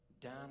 down